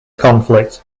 conflict